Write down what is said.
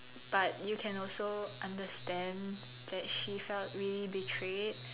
but you can also understand that she felt really betrayed